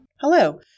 Hello